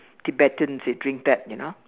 Tibetans they drink that you know